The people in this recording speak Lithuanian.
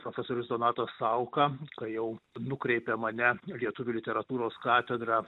profesorius donatas sauka kai jau nukreipė mane lietuvių literatūros katedra